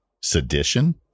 sedition